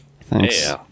Thanks